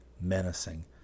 menacing